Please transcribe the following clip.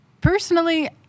personally